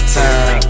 time